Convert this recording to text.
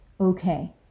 okay